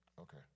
Okay